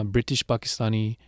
British-Pakistani